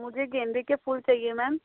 मुझे गेंदे के फूल चाहिए मैम